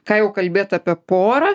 ką jau kalbėt apie porą